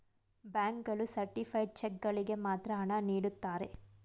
bank ಗಳು certified cheque ಗಳಿಗೆ ಮಾತ್ರ ಹಣ ನೀಡುತ್ತಾರೆ